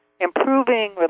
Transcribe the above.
Improving